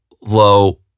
low